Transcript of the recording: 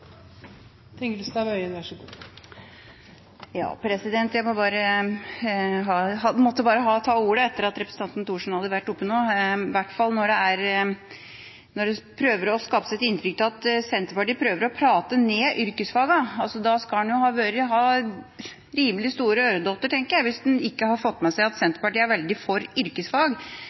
Thorsen hadde vært oppe på talerstolen nå – i hvert fall når en prøver å skape et inntrykk av at Senterpartiet prøver å prate ned yrkesfagene. En skal ha rimelig store øredotter, tenker jeg, hvis en ikke har fått med seg at